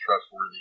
trustworthy